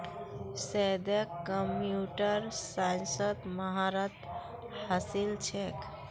सैयदक कंप्यूटर साइंसत महारत हासिल छेक